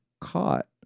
caught